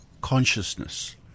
consciousness